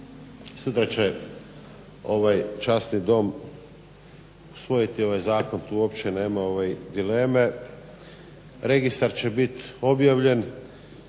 sutra će ovaj časni Dom usvojiti ovaj zakon, tu uopće nema dileme. Registar će bit objavljen